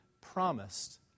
promised